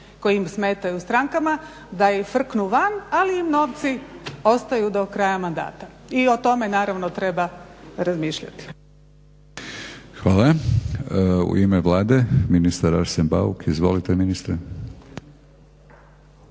koji im smetaju strankama da ih frknu van ali im novci ostaju do kraja mandata. I o tome naravno treba razmišljati. **Batinić, Milorad (HNS)** Hvala. U ime Vlade ministar Arsen Bauk. Izvolite ministre.